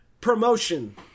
promotion